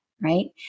right